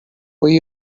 will